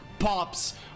pops